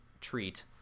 treat